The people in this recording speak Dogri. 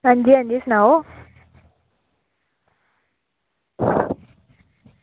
आं जी आं जी सनाओ